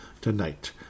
tonight